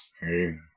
Hey